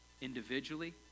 Individually